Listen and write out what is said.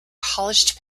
polished